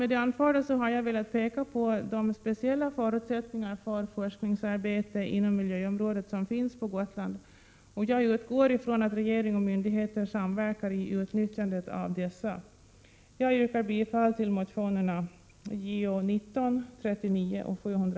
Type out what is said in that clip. Med det anförda har jag velat peka på de speciella förutsättningar för forskningsarbete inom miljöområdet som finns på Gotland, och jag utgår från att regering och myndigheter samverkar i utnyttjandet av dessa.